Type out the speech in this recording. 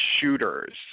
shooters